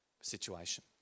situation